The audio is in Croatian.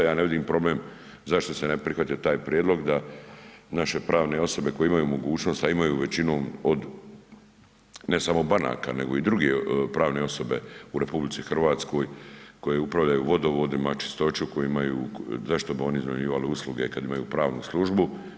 Ja ne vidim problem zašto se bi prihvatio taj prijedlog da naše pravne osobe koje imaju mogućnost, a imaju većinom od ne samo banaka, nego i druge pravne osobe u RH koje upravljaju vodovodima, čistoću koje imaju, zašto bi oni iznajmljivali usluge kad imaju pravnu službu.